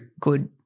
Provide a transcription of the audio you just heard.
good